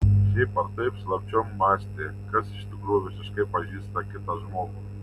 šiaip ar taip slapčiom mąstė kas iš tikrųjų visiškai pažįsta kitą žmogų